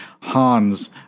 Hans